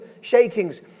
shakings